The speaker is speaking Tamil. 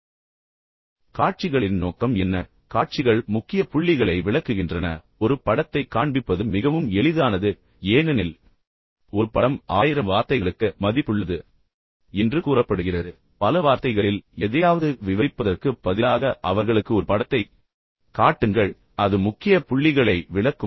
எனவே காட்சிகளின் நோக்கம் என்ன காட்சிகள் முக்கிய புள்ளிகளை விளக்குகின்றன எனவே ஒரு படத்தைக் காண்பிப்பது மிகவும் எளிதானது ஏனெனில் ஒரு படம் 1000 வார்த்தைகளுக்கு மதிப்புள்ளது என்று கூறப்படுகிறது பல வார்த்தைகளில் எதையாவது விவரிப்பதற்குப் பதிலாக அவர்களுக்கு ஒரு படத்தைக் காட்டுங்கள் அது முக்கிய புள்ளிகளை விளக்கும்